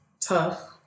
tough